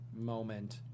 moment